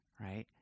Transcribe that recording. right